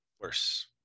worse